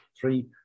Three